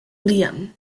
liam